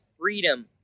freedom